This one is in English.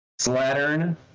Slattern